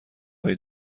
های